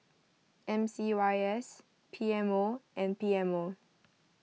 M C Y S P M O and P M O